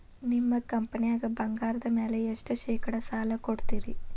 ನಿಮ್ಮ ಕಂಪನ್ಯಾಗ ಬಂಗಾರದ ಮ್ಯಾಲೆ ಎಷ್ಟ ಶೇಕಡಾ ಸಾಲ ಕೊಡ್ತಿರಿ?